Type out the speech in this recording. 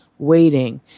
waiting